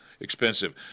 Expensive